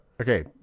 Okay